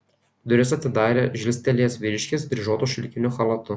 duris atidarė žilstelėjęs vyriškis dryžuotu šilkiniu chalatu